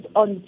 on